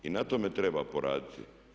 I na tome treba poraditi.